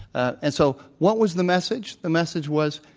and so what was the message? the message was,